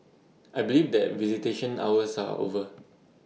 I believe that visitation hours are over